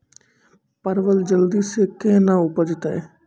परवल जल्दी से के ना उपजाते?